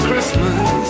Christmas